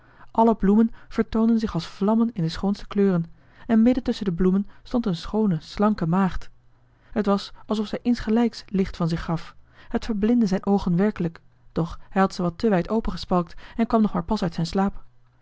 alle bloemen vertoonden zich als vlammen in de schoonste kleuren en midden tusschen de bloemen stond een schoone slanke maagd het was alsof zij insgelijks licht van zich gaf het verblindde zijn oogen werkelijk doch hij had ze wat te wijd opengespalkt en kwam nog maar pas uit zijn slaap